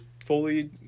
Fully